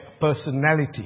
personality